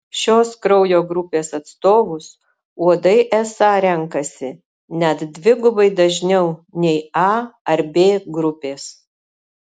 šios kraujo grupės atstovus uodai esą renkasi net dvigubai dažniau nei a ar b grupės